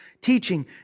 teaching